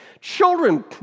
Children